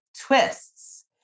twists